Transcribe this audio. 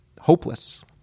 hopeless